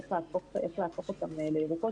איך להפוך אותן לירוקות,